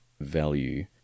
value